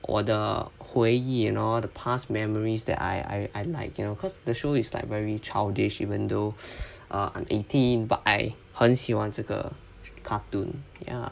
我的回忆 and all the past memories that I I cannot cause the show is like very childish even though err I'm eighteen but I 很喜欢这个 cartoon ya